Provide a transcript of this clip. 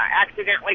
accidentally